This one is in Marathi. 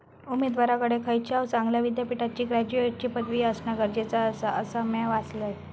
उमेदवाराकडे खयच्याव चांगल्या विद्यापीठाची ग्रॅज्युएटची पदवी असणा गरजेचा आसा, असा म्या वाचलंय